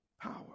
power